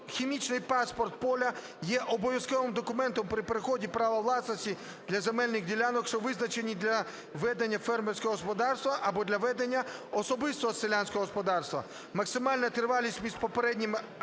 "Агрохімічний паспорт поля є обов'язковим документом при переході права власності для земельних ділянок, що призначені для ведення фермерського господарства або для ведення особистого селянського господарства. Максимальна тривалість між попереднім